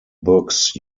books